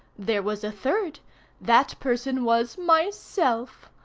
there was a third that person was myself.